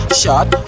shot